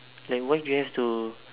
like why do you have to